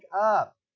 up